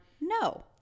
No